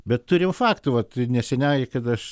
bet turim faktų vat neseniai kada aš